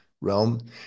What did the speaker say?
realm